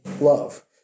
love